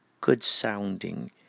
good-sounding